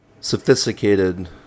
sophisticated